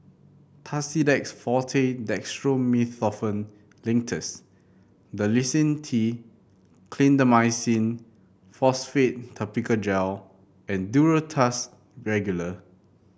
Tussidex Forte Dextromethorphan Linctus Dalacin T Clindamycin Phosphate Topical Gel and Duro Tuss Regular